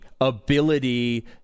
ability